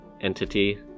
entity